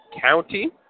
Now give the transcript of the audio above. County